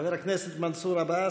חבר הכנסת מנסור עבאס,